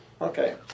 Okay